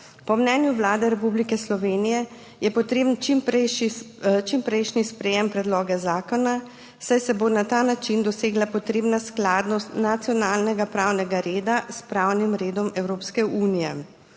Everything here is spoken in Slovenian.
Po mnenju Vlade Republike Slovenije je potrebno čimprejšnje sprejetje predloga zakona, saj se bo na ta način dosegla potrebna skladnost nacionalnega pravnega reda s pravnim redom Evropske unije.